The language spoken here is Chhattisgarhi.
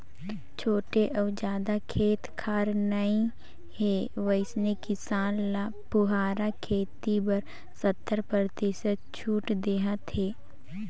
छोटे अउ जादा खेत खार नइ हे वइसने किसान ल फुहारा खेती बर सत्तर परतिसत छूट देहत हे